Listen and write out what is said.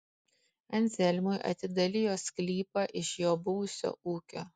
anzelmui atidalijo sklypą iš jo buvusio ūkio